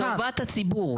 טובת הציבור.